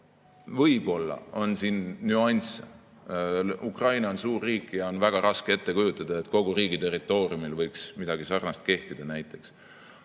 võib-olla on siin nüansse, Ukraina on suur riik ja on väga raske ette kujutada, et kogu riigi territooriumil võiks midagi sarnast kehtida.